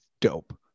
dope